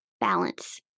balance